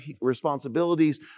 responsibilities